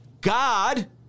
God